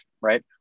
right